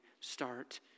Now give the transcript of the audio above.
Start